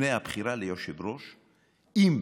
לפני הבחירה של היושב-ראש, אם